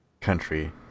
country